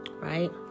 right